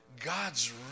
God's